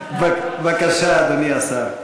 בבקשה, אדוני השר.